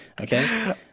Okay